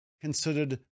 considered